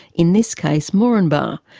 in this case moranbah,